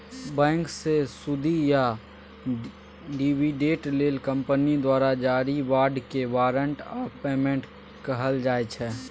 बैंकसँ सुदि या डिबीडेंड लेल कंपनी द्वारा जारी बाँडकेँ बारंट आफ पेमेंट कहल जाइ छै